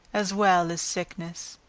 as well as sickness.